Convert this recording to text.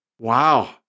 Wow